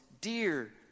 dear